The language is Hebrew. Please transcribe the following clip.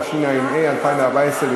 התשע"ה 2014,